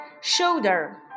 Shoulder